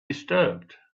disturbed